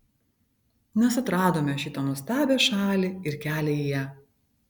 mes atradome šitą nuostabią šalį ir kelią į ją